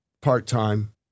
part-time